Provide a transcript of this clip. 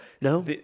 no